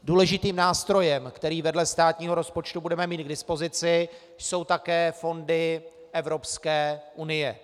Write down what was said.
Důležitým nástrojem, který vedle státního rozpočtu budeme mít k dispozici, jsou také fondy Evropské unie.